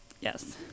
yes